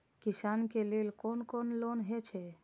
किसान के लेल कोन कोन लोन हे छे?